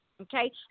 okay